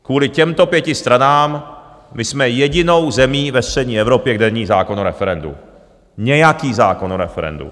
Kvůli těmto pěti stranám my jsme jedinou zemí ve střední Evropě, kde není zákon o referendu, nějaký zákon o referendu.